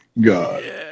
God